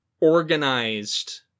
organized